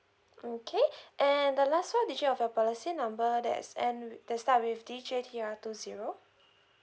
okay and the last four digit of your policy number that's end with that start with D J T R two zero